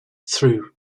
through